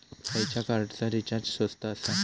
खयच्या कार्डचा रिचार्ज स्वस्त आसा?